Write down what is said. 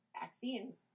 vaccines